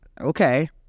Okay